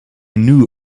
knew